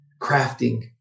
crafting